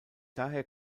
daher